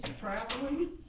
traveling